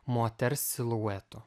moters siluetu